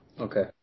Okay